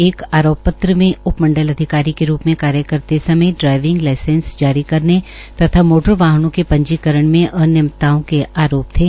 एक आरोप पत्र में उप मंडल अधिकारी नागरिक के रूप में कार्य करते समय ड्राइविंग लाइसेंस जारी करने तथा मोटर वाहनों के पंजीकरण में अनियमितताओं के आरोप थे